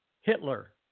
Hitler